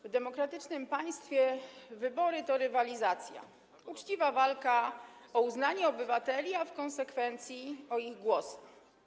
W demokratycznym państwie wybory to rywalizacja, uczciwa walka o uznanie obywateli, a w konsekwencji o ich głosy.